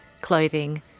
clothing